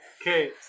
Okay